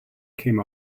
came